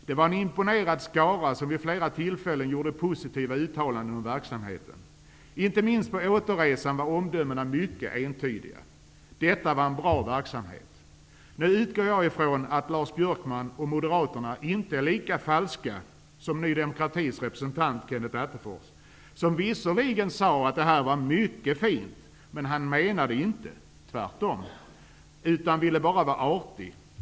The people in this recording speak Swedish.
Det var en skara imponerade personer som vid flera tillfällen gjorde positiva uttalanden om verksamheten. Inte minst på återresan var omdömena mycket entydiga: Detta var en bra verksamhet. Jag utgår från att Lars Björkman och Moderaterna inte är lika falska som Ny demokratis representant Kenneth Attefors. Visserligen sade han att det här var mycket fint. Men han menade inte vad han sade, tvärtom. Han ville bara vara artig.